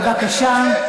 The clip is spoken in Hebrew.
בבקשה.